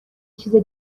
چیزه